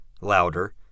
louder